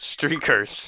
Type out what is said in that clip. streakers